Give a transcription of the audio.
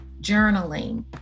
journaling